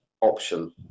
option